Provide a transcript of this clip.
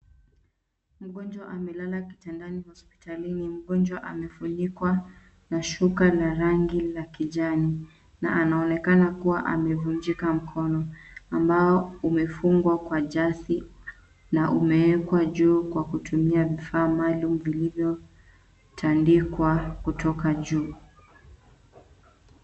Mgonjwa amelala kitandani hospitalini. Mgonjwa amefunikwa na shuka la rangi la kijani na anaonekana kuwa amevunjika mkono ambao umefungwa kwa jasi na umewekwa juu kwa kutumia vifaa maalum vilivyotandikwa kutoka juu.